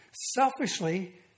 selfishly